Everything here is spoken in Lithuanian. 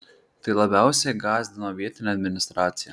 tai labiausiai gąsdino vietinę administraciją